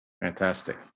Fantastic